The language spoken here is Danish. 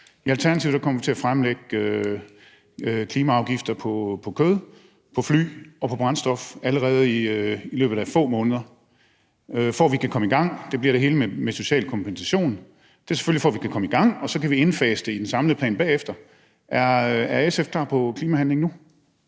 I Alternativet kommer vi til at fremlægge klimaafgifter på kød, på fly og på brændstof allerede i løbet af få måneder. Det bliver det hele med social kompensation. Det er selvfølgelig, for at vi kan komme i gang, og så kan vi indfase det i den samlede plan bagefter. Er SF klar på klimahandling nu?